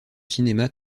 cinéma